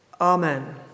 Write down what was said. amen